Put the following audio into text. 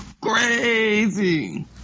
crazy